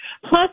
Plus